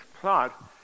plot